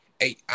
hey